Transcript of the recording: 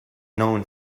known